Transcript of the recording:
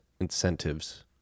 incentives